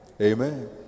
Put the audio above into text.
Amen